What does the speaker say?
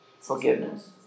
forgiveness